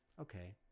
okay